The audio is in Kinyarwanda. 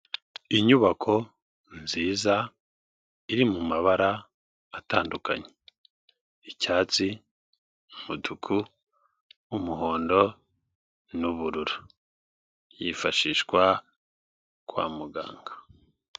Inyubako nziza iri mu mabara atandukanye, icyatsi umutuku, umuhondo n'ubururu yifashishwa kwa muganga.